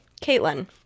Caitlin